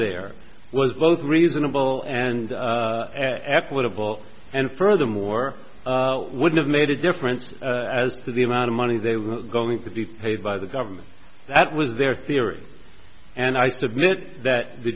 there was both reasonable and equitable and furthermore would have made a difference as to the amount of money they were going to be paid by the government that was their theory and i submit that the